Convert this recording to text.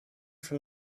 from